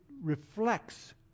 reflects